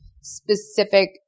specific